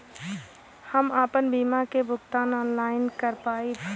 हम आपन बीमा क भुगतान ऑनलाइन कर पाईब?